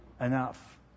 enough